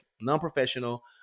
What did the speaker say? non-professional